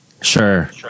Sure